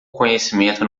conhecimento